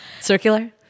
Circular